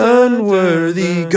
unworthy